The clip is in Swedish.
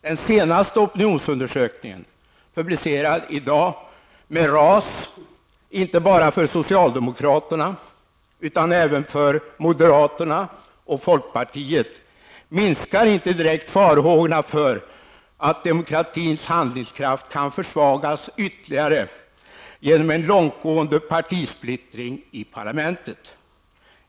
Den senaste opinionsundersökningen, publicerad i dag, med ras inte bara för socialdemokraterna utan även för moderaterna och folkpartiet, minskar inte direkt farhågorna för att demokratins handlingskraft kan försvagas ytterligare genom en långtgående partisplittring i parlamentet.